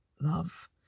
love